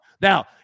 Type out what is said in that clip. Now